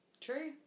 True